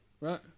Right